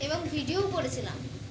এবং ভিডিওউ পেছিলাম